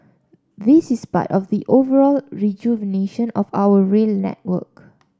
this is part of the overall rejuvenation of our rail network